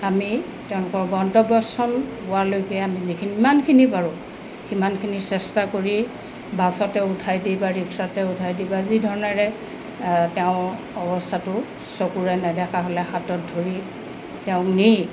আমি তেওঁলোকৰ গন্তব্যস্থল পোৱালৈকে আমি যিখিনি ইমানখিনি পাৰোঁ সিমানখিনি চেষ্টা কৰি বাছতে উঠাই দি বা ৰিক্সাতে উঠাই দি বা যি ধৰণেৰে তেওঁ অৱস্থাটো চকুৰে নেদেখা হ'লে হাতত ধৰি তেওঁক নি